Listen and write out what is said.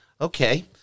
Okay